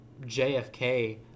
JFK